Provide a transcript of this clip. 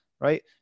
Right